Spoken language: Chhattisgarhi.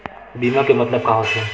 बीमा के मतलब का होथे?